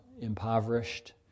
impoverished